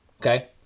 Okay